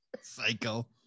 Cycle